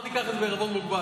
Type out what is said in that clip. בואו ניקח את זה בעירבון מוגבל,